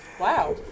Wow